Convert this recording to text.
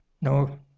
no